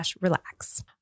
Relax